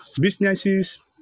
businesses